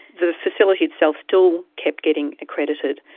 the facility itself still kept getting accredited.